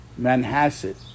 manhasset